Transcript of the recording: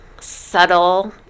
subtle